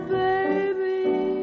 baby